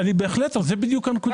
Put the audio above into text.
זו בדיוק הנקודה,